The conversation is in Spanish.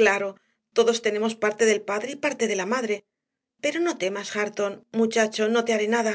claro todos tenemos parte del padre y parte de la madre pero no temas hareton muchacho no te haré nada